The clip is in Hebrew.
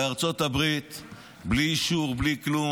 לארצות הברית, בלי אישור, בלי כלום.